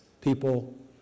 people